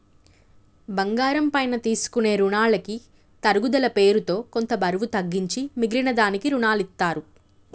బంగారం పైన తీసుకునే రునాలకి తరుగుదల పేరుతో కొంత బరువు తగ్గించి మిగిలిన దానికి రునాలనిత్తారు